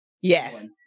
Yes